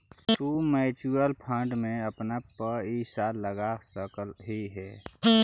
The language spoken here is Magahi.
तु म्यूचूअल फंड में अपन पईसा लगा सकलहीं हे